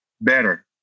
better